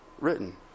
written